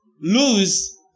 lose